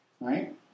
Right